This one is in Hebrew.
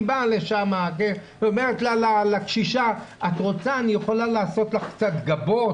היא באה ואומרת לקשישה 'את רוצה אני יכולה לעשות לך קצת גבות',